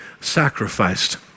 sacrificed